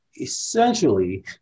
essentially